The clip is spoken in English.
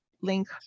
link